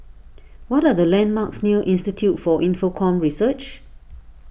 what are the landmarks near Institute for Infocomm Research